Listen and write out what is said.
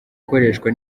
gukoreshwa